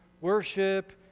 worship